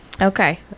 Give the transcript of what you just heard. Okay